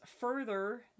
further